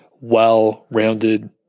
well-rounded